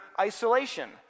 isolation